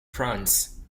france